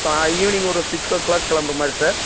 சா ஈவினிங் ஒரு six o'clock கிளம்புற மாதிரி சார்